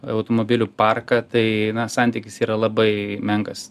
automobilių parką tai santykis yra labai menkas